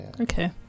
okay